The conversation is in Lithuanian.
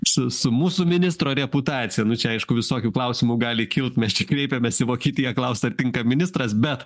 su su mūsų ministro reputacija nu čia aišku visokių klausimų gali kilti mes čia kreipėmės į vokietiją klausti ar ar tinka ministras bet